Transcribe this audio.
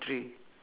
K